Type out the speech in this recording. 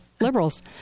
liberals